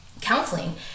counseling